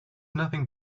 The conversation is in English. nothing